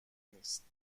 نیست